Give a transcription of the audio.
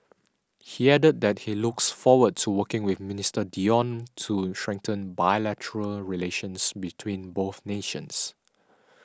he added that he looks forward to working with Minister Dion to strengthen bilateral relations between both nations